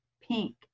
pink